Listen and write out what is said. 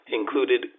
included